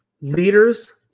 Leaders